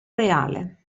reale